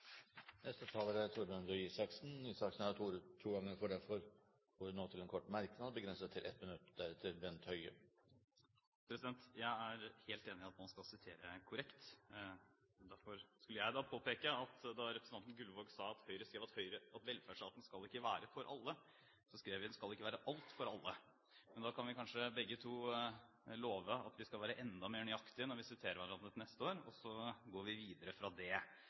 Torbjørn Røe Isaksen har hatt ordet to ganger tidligere og får ordet til en kort merknad, begrenset til 1 minutt. Jeg er helt enig i at man skal sitere korrekt. Derfor vil jeg påpeke til representanten Gullvåg, som sa at Høyre skrev at velferdsstaten skal ikke være for alle, at vi har skrevet at den skal ikke være «alt for alle». Da kan vi kanskje begge to love at vi til neste år skal være enda mer nøyaktige når vi siterer hverandre – og så går vi videre ut fra det.